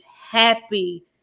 happy